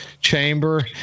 Chamber